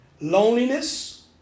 loneliness